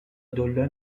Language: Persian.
دولا